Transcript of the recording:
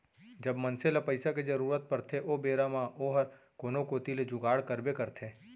जब मनसे ल पइसा के जरूरत परथे ओ बेरा म ओहर कोनो कोती ले जुगाड़ करबे करथे